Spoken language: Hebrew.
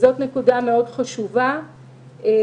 זאת נקודה חשובה מאוד.